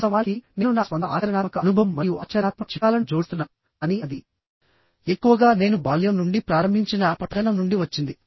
వాస్తవానికినేను నా స్వంత ఆచరణాత్మక అనుభవం మరియు ఆచరణాత్మక చిట్కాలను జోడిస్తున్నాను కానీ అది ఎక్కువగా నేను బాల్యం నుండి ప్రారంభించిన నా పఠనం నుండి వచ్చింది